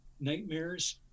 nightmares